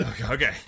okay